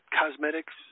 cosmetics